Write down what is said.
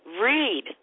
Read